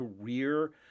career